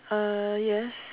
uh yes